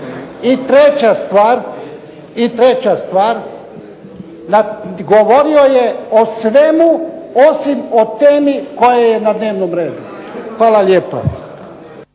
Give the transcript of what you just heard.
I treća stvar, govorio je o svemu osim o temi koja je na dnevnom redu. Hvala lijepa.